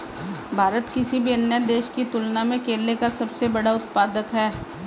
भारत किसी भी अन्य देश की तुलना में केले का सबसे बड़ा उत्पादक है